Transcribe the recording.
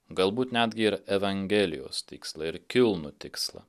galbūt netgi ir evangelijos tikslą ir kilnų tikslą